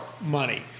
money